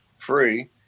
free